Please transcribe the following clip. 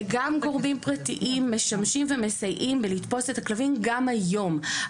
וגם גורמים פרטיים משמשים ומסייעים בלתפוס את הכלבים גם היום.